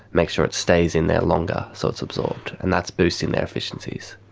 make sure it stays in there longer so it's absorbed, and that's boosting their efficiencies.